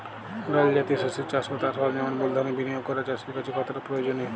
ডাল জাতীয় শস্যের চাষ ও তার সরঞ্জামের মূলধনের বিনিয়োগ করা চাষীর কাছে কতটা প্রয়োজনীয়?